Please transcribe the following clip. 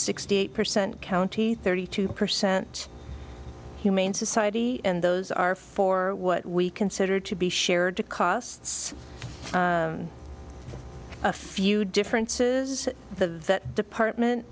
sixty eight percent county thirty two percent humane society and those are for for what we consider to be shared to costs a few differences the vet department